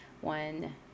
one